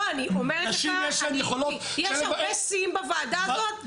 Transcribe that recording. לא, אני אומרת לך, יש הרבה שיאים בוועדה הזאת.